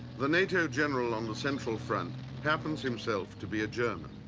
the nato general on the central front happens, himself, to be a german.